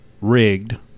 Rigged